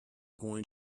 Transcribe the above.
going